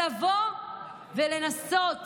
לבוא ולנסות